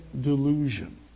delusion